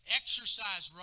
exercise